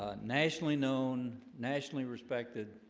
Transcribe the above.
ah nationally known nationally respected